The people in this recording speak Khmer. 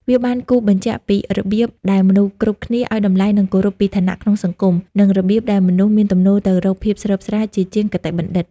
វាបានគូសបញ្ជាក់ពីរបៀបដែលមនុស្សគ្រប់គ្នាអោយតម្លៃ និងគោរពពីឋានៈក្នុងសង្គម និងរបៀបដែលមនុស្សមានទំនោរទៅរកភាពស្រើបស្រាលជាជាងគតិបណ្ឌិត។